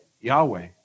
Yahweh